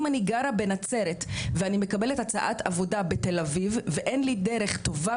אם אני גרה בנצרת ואני מקבלת הצעת עבודה בתל אביב ואין לי דרך טובה